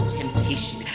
temptation